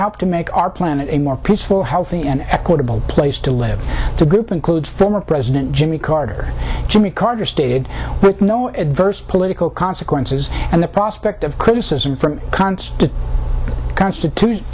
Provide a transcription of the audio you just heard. help to make our planet a more peaceful healthy and equitable place to live the group includes former president jimmy carter jimmy carter stated with no adverse political consequences and the prospect of criticism from const constitute